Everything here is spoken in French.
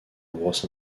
bros